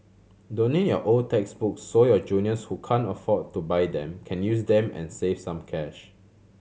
donate your old textbooks so your juniors who can't afford to buy them can use them and save some cash